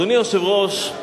אדוני היושב-ראש,